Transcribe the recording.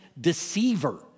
deceiver